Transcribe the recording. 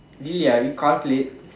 really ah you calculate